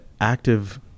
active